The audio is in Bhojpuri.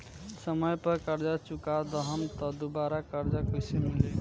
समय पर कर्जा चुका दहम त दुबाराकर्जा कइसे मिली?